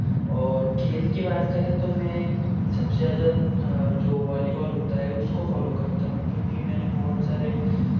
और खेल के बात करे तो मैं सबसे ज़्यादा जो वॉलीबॉल होता है उसको फॉलो करता हूँ क्योंकि मैंने बहुत सारे